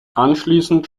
anschließend